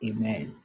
Amen